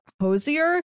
Hosier